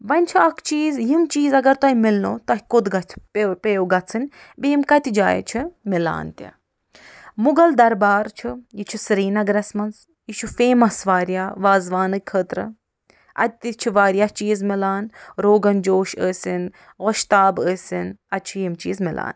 وۄنۍ چھُ اکھ چیٖز یِم چیٖز اگر تۄہہِ مِلنو تۄہہِ کوٚت گژھِ پیٚیو پیٚیو گژھٕن بیٚیہِ یِم کتہِ جاے چھےٚ مِلان تہِ مغل دربار چھُ یہِ چھُ سرینگرس منٛز یہِ چھُ فیمس واریاہ وازٕوانہٕ خٲطرٕ اَتہِ تہِ چھِ واریاہ چیٖز مِلان روغن جوش ٲسِن گۄشتاب ٲسِن اَتہِ چھِ یِم چیٖز مِلان